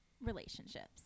relationships